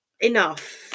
enough